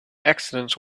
accidents